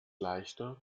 leichter